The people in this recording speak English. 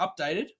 updated